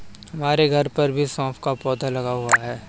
हमारे घर पर भी सौंफ का पौधा लगा हुआ है